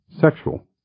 sexual